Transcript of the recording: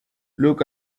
look